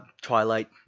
Twilight